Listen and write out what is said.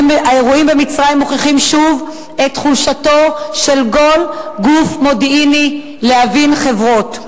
האירועים במצרים מוכיחים שוב את חולשתו של כל גוף מודיעיני להבין חברות.